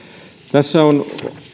tässä on